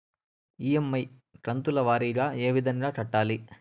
EMI కంతుల వారీగా ఏ విధంగా కట్టాలి